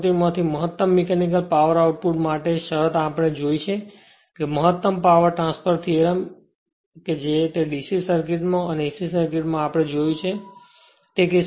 આકૃતિમાંથી મહત્તમ mechanical power output માટે શરત આપણે જોઈ છે કે મહત્તમ પાવર ટ્રાન્સફર થીયેરમ માં કે જે તે dc સર્કિટમાં અને ac સર્કિટમાં આપણે જોયું છે